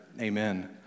Amen